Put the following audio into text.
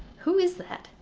who is that?